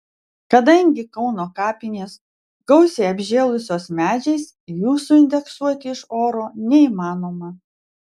kadangi kauno kapinės gausiai apžėlusios medžiais jų suindeksuoti iš oro neįmanoma